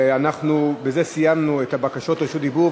בזה סיימנו את בקשות רשות הדיבור,